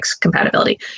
compatibility